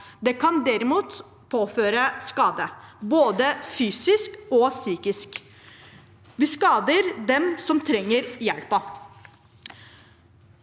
Det kan derimot påføre skade både fysisk og psykisk. Det skader dem som trenger hjelpen.